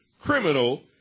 criminal